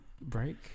break